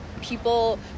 people